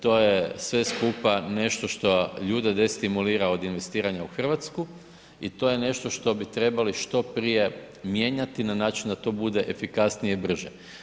To je sve skupa nešto ljude destimulira od investiranja u Hrvatsku i to je nešto što bi trebali što prije mijenjati na način da to bude efikasnije i brže.